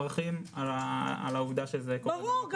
לקרוא לזה שירותים דיגיטליים,